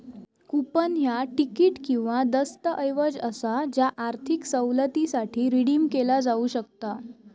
coupon ह्या तिकीट किंवा दस्तऐवज असा ज्या आर्थिक सवलतीसाठी रिडीम केला जाऊ शकता